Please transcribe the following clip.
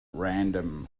random